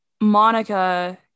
monica